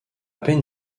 peine